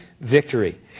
victory